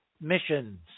missions